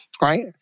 Right